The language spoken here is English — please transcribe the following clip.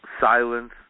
silence